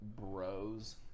bros